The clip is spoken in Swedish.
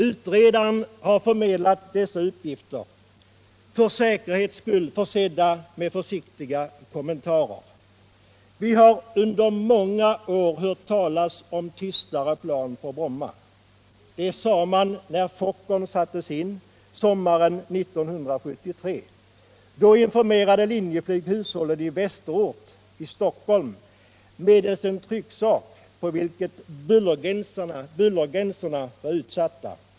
Utredaren har förmedlat dessa uppgifter — för säkerhets skull försedda med försiktiga kommentarer. Vi har under många år hört talas om tystare plan på Bromma. Det sade man när Fokkern sattes in sommaren 1973. Då informerade Linjeflyg hushållen i Västerort i Stockholm medelst en trycksak på vilken bullergränserna var utsatta.